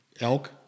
elk